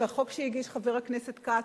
והחוק שהגיש חבר הכנסת כץ,